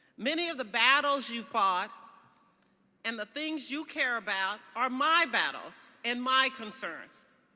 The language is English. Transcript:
many of the battles you fought and the things you care about are my battles, and my concerns.